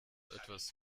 etwas